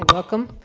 ah welcome.